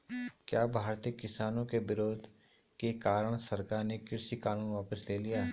क्या भारतीय किसानों के विरोध के कारण सरकार ने कृषि कानून वापस ले लिया?